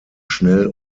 schnell